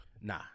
nah